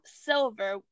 Silver